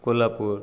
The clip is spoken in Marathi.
कोल्हापूर